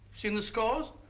seen the scores?